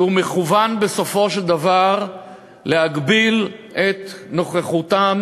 שמכוון בסופו של דבר להגביל את נוכחותן